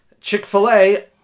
Chick-fil-A